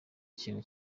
ikintu